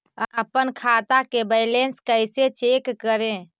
अपन खाता के बैलेंस कैसे चेक करे?